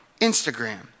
Instagram